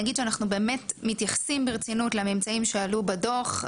אני אגיד שאנחנו באמת מתייחסים ברצינות לממצאים שעלו בדוח,